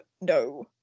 no